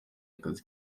akazi